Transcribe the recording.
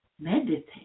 Meditate